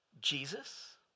Jesus